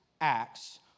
acts